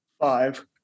Five